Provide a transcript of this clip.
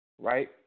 right